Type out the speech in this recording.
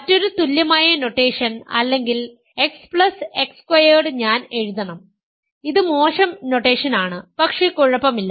മറ്റൊരു തുല്യമായ നൊട്ടേഷൻ അല്ലെങ്കിൽ X X സ്ക്വയർഡ് ഞാൻ എഴുതണം ഇത് മോശം നൊട്ടേഷൻ ആണ് പക്ഷേ കുഴപ്പമില്ല